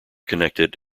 connected